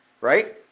right